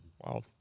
Wow